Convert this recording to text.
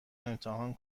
امتحان